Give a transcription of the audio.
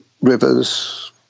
rivers